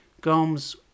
Gomes